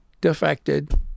defected